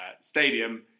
stadium